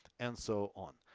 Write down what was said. and so on.